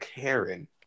Karen